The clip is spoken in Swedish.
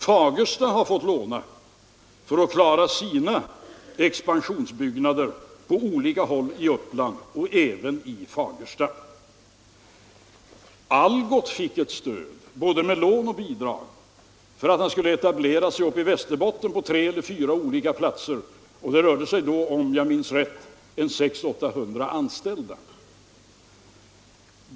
Fagersta har fått låna pengar för att klara sina expansionsbyggnader på olika håll i Uppland och även i Fagersta. Algots fick ett stöd, både med lån och med bidrag, för att etablera sig på tre eller fyra olika platser uppe i Västerbotten. Det rörde sig då, ifall jag minns rätt, om 500-600 anställda.